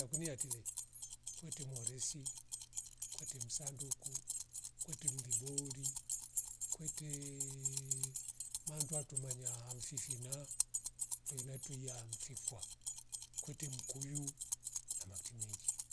Yakuni atile, kwete muworesi, kwete msanduku, kwete mlibori, kwete mandu atu manya alfifina fivina tuya ya mfifkwa, kwete mkuyu na makti meji